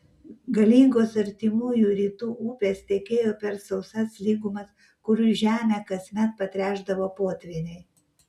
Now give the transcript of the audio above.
galingos artimųjų rytų upės tekėjo per sausas lygumas kurių žemę kasmet patręšdavo potvyniai